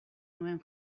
nuen